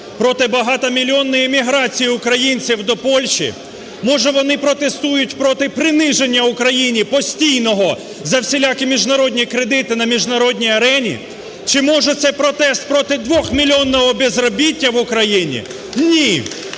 проти багатомільйонної еміграції українців до Польщі? Може вони протестують проти приниження України, постійного, за всілякі міжнародні кредити на міжнародній арені? Чи може це протест проти двохмільйонного безробітті в Україні? Ні!